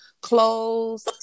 clothes